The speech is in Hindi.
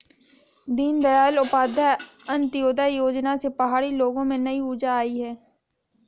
दीनदयाल उपाध्याय अंत्योदय योजना से पहाड़ी लोगों में नई ऊर्जा आई है